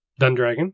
Dundragon